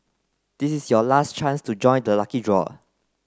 this is your last chance to join the lucky draw